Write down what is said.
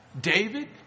David